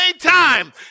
time